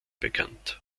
bekannt